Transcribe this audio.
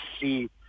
see